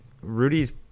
rudy's